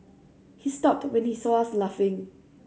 he stopped when he saw us laughing